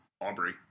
Aubrey